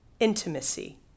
intimacy